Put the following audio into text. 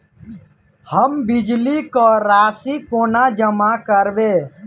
हम बिजली कऽ राशि कोना जमा करबै?